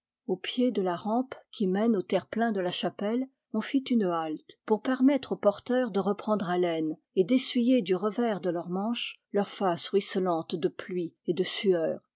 au pied de la rampe qui mène au terre-plein de la chapelle on fit une halte pour permettre aux porteurs de reprendre haleine et d'essuyer du revers de leurs manches leurs faces ruisselantes de pluie et de sueur